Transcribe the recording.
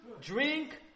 drink